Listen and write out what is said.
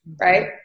right